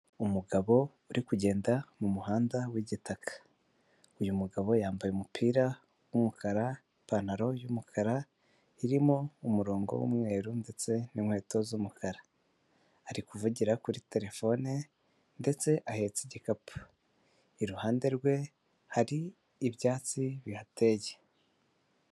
Umugabo uri kugenda mumuhanda wigitaka uyu mugabo yambaye umupira wumukara ipantaro yumukara irimo umurongo wumweru ndetse ninkweto z'umukara ari kuvugira kuri terefone ndetse ahetse igikapu iruhande rwe hari ibyatsi bihateye.